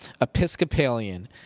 Episcopalian